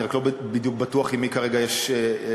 אני רק לא בדיוק בטוח עם מי כרגע יש לדבר.